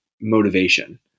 motivation